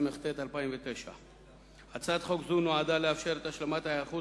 התשס"ט 2009. הצעת חוק זו נועדה לאפשר את השלמת ההיערכות